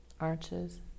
arches